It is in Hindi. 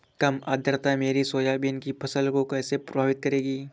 कम आर्द्रता मेरी सोयाबीन की फसल को कैसे प्रभावित करेगी?